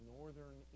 northern